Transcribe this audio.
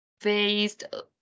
based